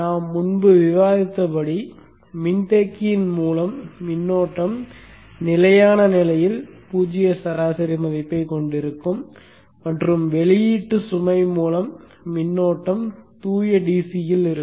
நாம் முன்பு விவாதித்தபடி மின்தேக்கியின் மூலம் மின்னோட்டம் நிலையான நிலையில் பூஜ்ஜிய சராசரி மதிப்பைக் கொண்டிருக்கும் மற்றும் வெளியீட்டு சுமை மூலம் மின்னோட்டம் தூய DC இல் இருக்கும்